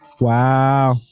Wow